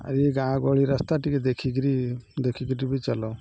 ଆଉ ଏ ଗାଁ ଗହଳି ରାସ୍ତା ଟିକେ ଦେଖିକିରି ଦେଖିକି ଟିକେ ଚଲାଅ